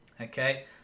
okay